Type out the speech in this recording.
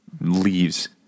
Leaves